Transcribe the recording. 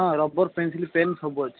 ହଁ rubber pencil pen ସବୁ ଅଛି